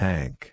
Tank